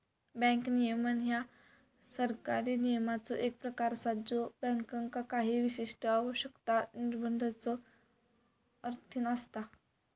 bank नियमन ह्या सरकारी नियमांचो एक प्रकार असा ज्यो बँकांका काही विशिष्ट आवश्यकता, निर्बंधांच्यो अधीन असता